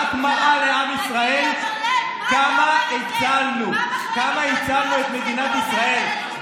רק מראה לעם ישראל כמה הצלנו את מדינת ישראל.